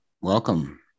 Welcome